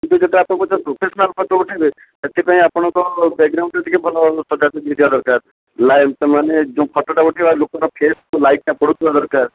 କିନ୍ତୁ ସେଟା ଆପଣଙ୍କ ପ୍ରଫେସନାଲ୍ ଫୋଟୋ ଉଠେଇବେ ସେଥିପାଇଁ ଆପଣଙ୍କ ବ୍ୟାକ୍ଗ୍ରାଉଣ୍ଡ୍ ରେ ଟିକିଏ ଭଲ ସଜାସଜି ହେଇଥିବା ଦରକାର ଲାଇଟ୍ ମାନେ ଯୋଉଁ ଫୋଟୋଟା ଉଠେଇବା ଲୋକର ଫେସ୍ କୁ ଲାଇଟ୍ ଟା ପଡ଼ୁଥିବା ଦରକାର